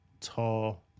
Tall